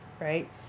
right